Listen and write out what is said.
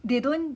they don't